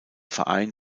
verein